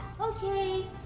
Okay